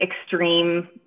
extreme